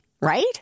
right